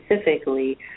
specifically